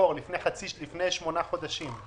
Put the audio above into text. לפני שמונה חודשים.